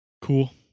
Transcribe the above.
Cool